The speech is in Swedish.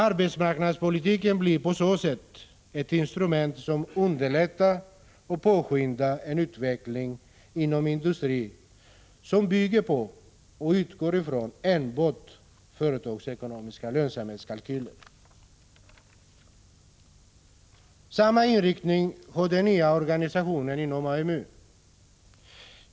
Arbetsmarknadspolitiken blir på så sätt ett instrument som underlättar och påskyndar en utveckling inom industrin som bygger på och utgår från enbart företagsekonomiska lönsamhetskalkyler. Samma inriktning har den nya organisationen inom AMU.